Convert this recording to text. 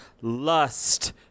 Lust